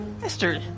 Mister